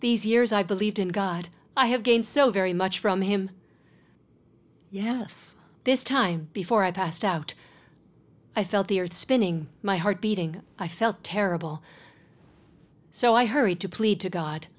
these years i believed in god i have gained so very much from him you have this time before i passed out i felt the earth spinning my heart beating i felt terrible so i hurried to plead to god